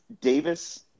Davis